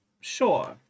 Sure